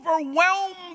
overwhelmed